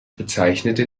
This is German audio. bezeichnete